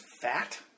fat